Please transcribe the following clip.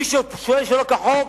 מי ששוהה שלא כחוק,